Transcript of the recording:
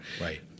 Right